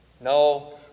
No